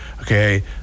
okay